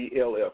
ELF